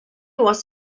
was